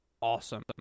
awesome